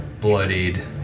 bloodied